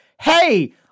hey